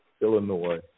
illinois